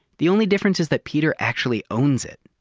the only difference is that peter actually owns it.